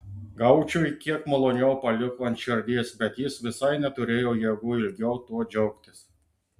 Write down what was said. gaučiui kiek maloniau paliko ant širdies bet jis visai neturėjo jėgų ilgiau tuo džiaugtis